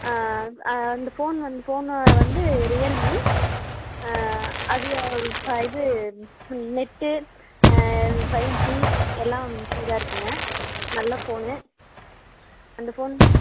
அந்த ஃபோன் வந் அந்த ஃபோனை வந்து ரியல்மீ அது இது நெட்டு ஃபைவ் ஜி எல்லாம் இதாக இருக்குதுங்க நல்ல ஃபோனு அந்த ஃபோன்